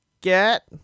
get